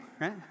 Right